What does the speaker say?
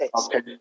Okay